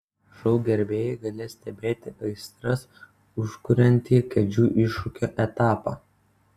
šou gerbėjai galės stebėti aistras užkuriantį kėdžių iššūkio etapą